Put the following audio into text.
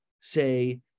say